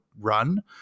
run